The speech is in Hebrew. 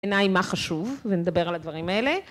בעיניי מה חשוב, ונדבר על הדברים האלה